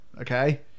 okay